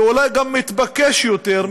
ואולי גם מתבקש יותר,